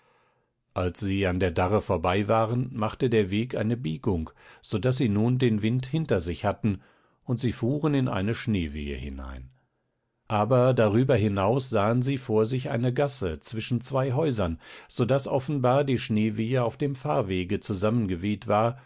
als sie an der darre vorbei waren machte der weg eine biegung so daß sie nun den wind hinter sich hatten und sie fuhren in eine schneewehe hinein aber darüber hinaus sahen sie vor sich eine gasse zwischen zwei häusern so daß offenbar die schneewehe auf dem fahrwege zusammengeweht war